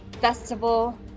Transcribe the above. festival